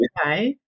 okay